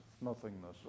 nothingness